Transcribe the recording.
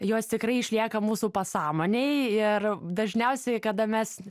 jos tikrai išlieka mūsų pasąmonėj ir dažniausiai kada mes